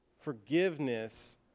Forgiveness